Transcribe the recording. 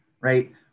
right